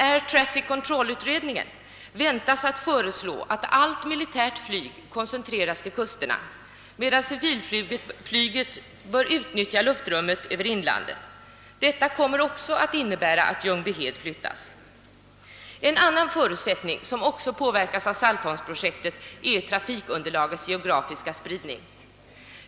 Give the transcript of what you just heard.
Air Traffic Control-utredningen väntas emellertid föreslå att allt militärt flyg koncentreras till kusterna medan civilflyget bör utnyttja luftrummet över inlandet. Detta kommer också att innebära att Ljungbyhed flyttas. En annan förutsättning som också påverkas av saltholmsprojektet är trafikunderlagets geografiska spridning.